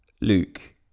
Luke